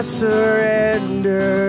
surrender